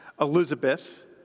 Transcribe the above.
Elizabeth